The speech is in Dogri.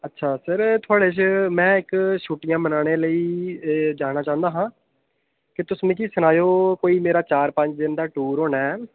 अच्छा सर थुहाड़े शा मैं इक छुट्टियां मनाने लेई जाना चाहन्नां हां ते तुस मिकी सनाएओ कोई मेरा चार पंज दिन दा टूर होना ऐ